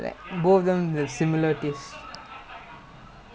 but hakim வந்து:vanthu like lungs வந்து:vanthu